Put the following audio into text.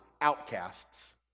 outcasts